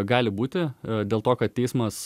gali būti dėl to kad teismas